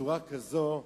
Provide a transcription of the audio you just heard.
בצורה כזאת?